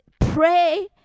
pray